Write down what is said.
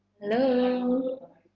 hello